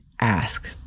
ask